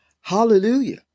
Hallelujah